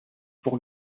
pour